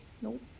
Nope